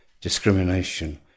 discrimination